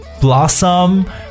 blossom